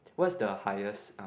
what's the highest um